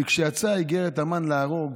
כי כשיצאה איגרת המן להרוג